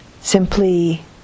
simply